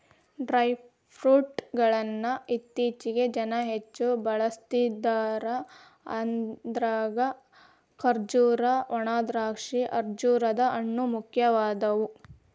dry fruit ಗಳ್ಳನ್ನ ಇತ್ತೇಚಿಗೆ ಜನ ಹೆಚ್ಚ ಬಳಸ್ತಿದಾರ ಅದ್ರಾಗ ಖರ್ಜೂರ, ಒಣದ್ರಾಕ್ಷಿ, ಅಂಜೂರದ ಹಣ್ಣು, ಮುಖ್ಯವಾದವು